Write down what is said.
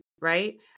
right